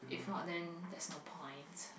if not then there's no point